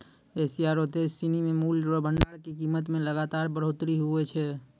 Asia रो देश सिनी मे मूल्य रो भंडार के कीमत मे लगातार बढ़ोतरी हुवै छै